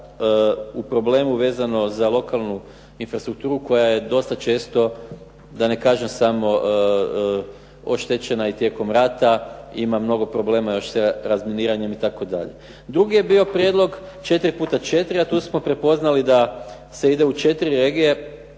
u problemu vezano za lokalnu infrastrukturu koja je često, da ne kažem samo oštećena i tijekom rata, i ima mnogo problema još sa razminiranjem itd. Drugi je prijedlog 4 puta 4, a tu smo prepoznali da se ide u četiri